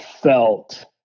felt